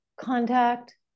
contact